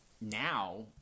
now